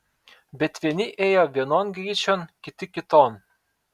bet vieni ėjo vienon gryčion kiti kiton